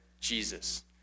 Jesus